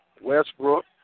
Westbrook